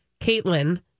caitlin